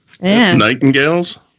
Nightingales